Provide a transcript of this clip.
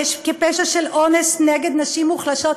כפשע של אונס נגד נשים מוחלשות,